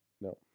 No